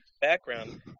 Background